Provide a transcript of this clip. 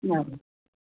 बरं